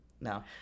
No